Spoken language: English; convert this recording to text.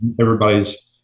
everybody's